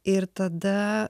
ir tada